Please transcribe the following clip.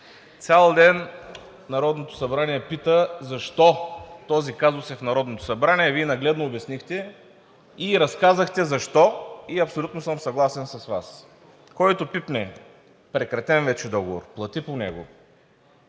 Цял ден Народното събрание пита защо този казус е в Народното събрание, а Вие нагледно обяснихте и разказахте защо. Абсолютно съм съгласен с Вас – който пипне прекратен вече договор, плати по него,